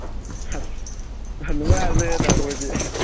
ꯑꯁ ꯅꯨꯡꯉꯥꯏꯅ ꯂꯩꯔꯦ ꯇꯥꯃꯣ ꯈꯣꯏꯗꯤ